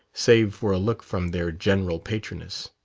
save for a look from their general patroness.